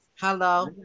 Hello